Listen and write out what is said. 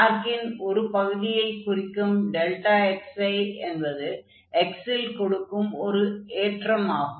ஆர்க்கின் ஒரு பகுதியை குறிக்கும் xi என்பது x ல் கொடுக்கும் ஓர் ஏற்றம் ஆகும்